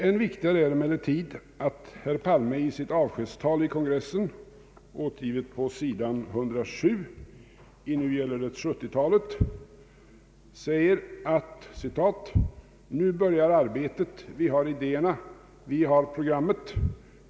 Än viktigare är emellertid att herr Palme i sitt avskedstal vid kongressen, återgivet på sidan 107 i ”Nu gäller det 70-talet” säger: ”Nu börjar arbetet. Vi har idéerna. Vi har programmet.